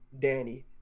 Danny